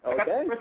Okay